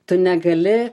tu negali